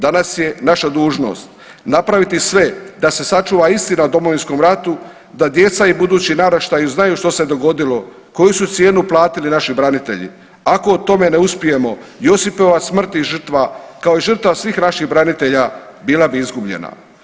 Danas je naša dužnost napraviti sve da se sačuva istina o Domovinskom ratu, da djeca i budući naraštaji znaju što se dogodilo, koju su cijenu platili naši branitelji, ako u tome ne uspijemo Josipova smrt i žrtva, kao i žrtva svih naših branitelja bila bi izgubljena.